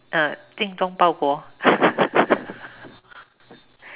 uh 精忠报国 （ppl)